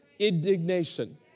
Indignation